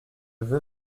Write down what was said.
veux